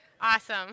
Awesome